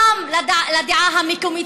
גם לדעה המקומית,